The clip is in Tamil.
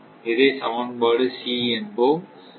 இதை சமன்பாடு என்போம்